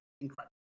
incredible